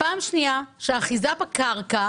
שנית, שהאחיזה בקרקע